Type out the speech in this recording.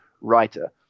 writer